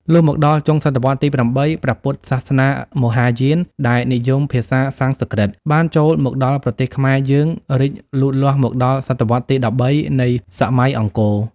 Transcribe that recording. លុះមកដល់ចុងស.វ. ទី៨ ព្រះពុទ្ធសាសនាមហាយានដែលនិយមភាសាសំស្ក្រឹតបានចូលមកដល់ប្រទេសខ្មែរយើង រីកលូតលាស់មកដល់ ស.វ.ទី ១៣ នៃសម័យអង្គរ ។